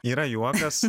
yra juokas